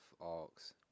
arcs